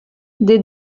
des